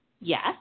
Yes